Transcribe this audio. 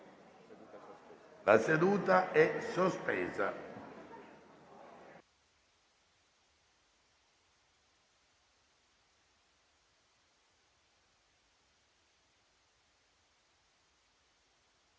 La seduta è sospesa.